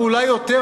ואולי יותר,